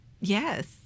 Yes